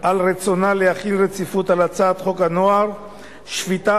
על רצונה להחיל רציפות על הצעת חוק הנוער (שפיטה,